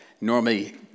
normally